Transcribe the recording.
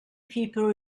people